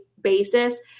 basis